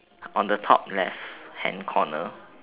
on the top left hand corner